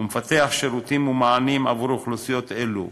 ומפתח שירותים ומענים עבור אוכלוסיות אלו.